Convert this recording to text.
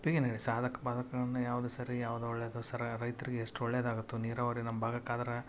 ಒಪ್ಪಿಗೆ ನೀಡಿ ಸಾಧಕ ಬಾಧಕಗಳನ್ನು ಯಾವುದು ಸರಿ ಯಾವುದು ಒಳ್ಳೆದು ಸರ್ ರೈತರಿಗೆ ಎಷ್ಟು ಒಳ್ಳೇದಾಗುತ್ತೋ ನೀರಾವರಿ ನಮ್ಮ ಭಾಗಕ್ಕೆ ಆದ್ರೆ